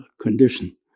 condition